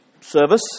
service